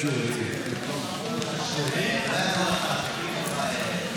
מתנגדים, שני נמנעים.